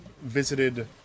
visited